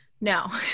No